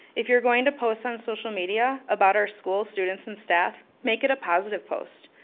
if you're going to post on social media about our school, students, and staff, make it a positive post.